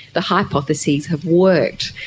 the hypotheses have worked.